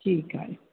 ठीकु आहे